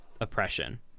oppression